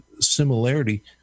similarity